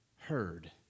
heard